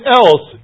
else